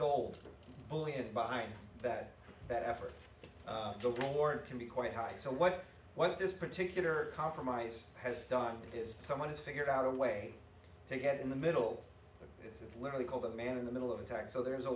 gold bullion behind that that effort toward can be quite high so what what this particular compromise has done is someone has figured out a way to get in the middle it's literally called the man in the middle of attack so there is a